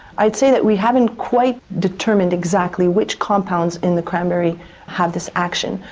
i'd say that we haven't quite determined exactly which compounds in the cranberry have this action.